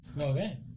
Okay